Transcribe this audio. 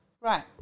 right